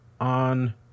on